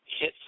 hit